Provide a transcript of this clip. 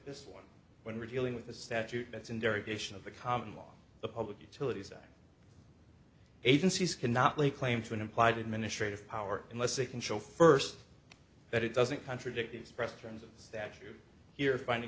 this one when we're dealing with a statute that's in derivation of the common law the public utilities that agencies cannot lay claim to an implied administrative power unless they can show first that it doesn't contradict the expressions of the statute here finding